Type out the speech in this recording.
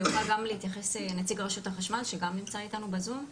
ויוכל גם להתייחס נציג רשות החשמל שגם נמצא איתנו בזום,